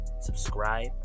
Subscribe